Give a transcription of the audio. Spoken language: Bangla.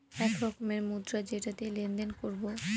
এক রকমের মুদ্রা যেটা দিয়ে লেনদেন করবো